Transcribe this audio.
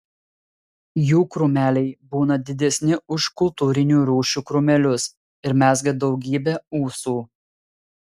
jų krūmeliai būna didesni už kultūrinių rūšių krūmelius ir mezga daugybę ūsų